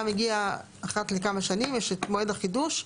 מגיע אחת לכמה שנים יש את מועד החידוש.